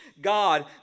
God